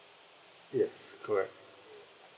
yes correct